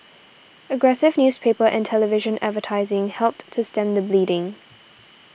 aggressive newspaper and television advertising helped to stem the bleeding